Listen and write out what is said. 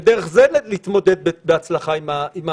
ודרך זה להתמודד בהצלחה עם המגיפה?